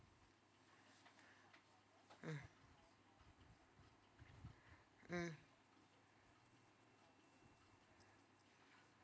mm mm